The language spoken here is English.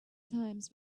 times